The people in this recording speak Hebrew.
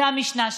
זה המשנה שלו.